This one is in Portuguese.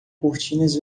cortinas